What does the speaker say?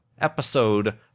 episode